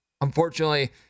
Unfortunately